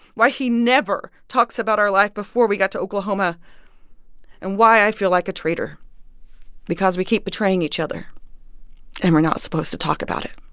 why he never talks about our life before we got to oklahoma and why i feel like a traitor because we keep betraying each other and we're not supposed to talk about it